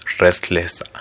restless